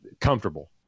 comfortable